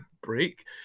break